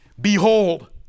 Behold